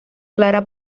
clara